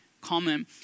common